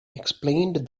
explained